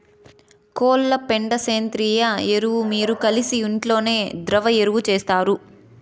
కోళ్ల పెండ సేంద్రియ ఎరువు మీరు కలిసి ఇంట్లోనే ద్రవ ఎరువు చేస్తారు